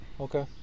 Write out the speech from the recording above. okay